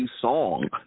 song